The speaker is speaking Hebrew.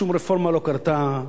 שום רפורמה לא קרתה,